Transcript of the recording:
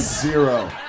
zero